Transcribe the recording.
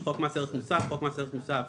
" חוק מס ערך מוסף" חוק מס ערך מוסף,